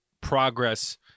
progress